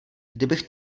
kdybych